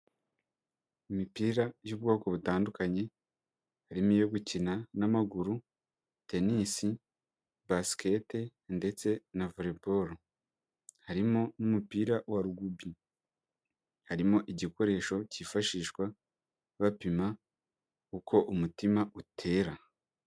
Imipira y'ubwoko butandukanye, harimo iyo gukina n'amaguru, tenisi, basikete ndetse na volebolo. Harimo n'umupira wa rugubi. Harimo igikoresho cyifashishwa bapima uko umutima utera.